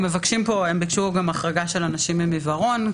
גם פה ביקשו החרגה של אנשים עם עיוורון,